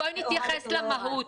בואי נתייחס למהות.